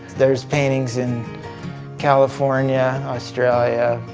there's paintings in california, australia,